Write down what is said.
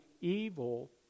evil